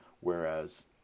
Whereas